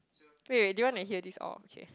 wait do you want to hear this okay